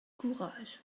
courage